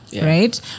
right